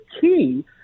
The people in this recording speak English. key